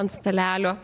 ant stalelio